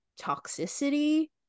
toxicity